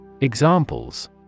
Examples